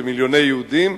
במיליוני יהודים,